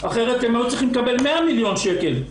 אחרת הם היו צריכים לקבל 100 מיליון שקלים.